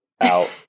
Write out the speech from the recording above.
out